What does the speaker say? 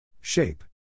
Shape